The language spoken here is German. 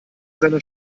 seiner